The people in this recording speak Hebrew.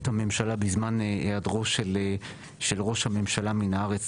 הממשלה בזמן היעדרו של ראש הממשלה מן הארץ,